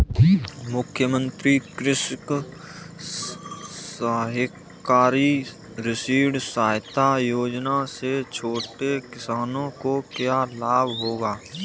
मुख्यमंत्री कृषक सहकारी ऋण सहायता योजना से छोटे किसानों को क्या लाभ होगा?